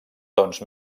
tons